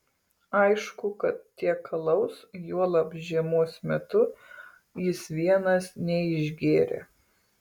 aišku kad tiek alaus juolab žiemos metu jis vienas neišgėrė